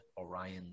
Orion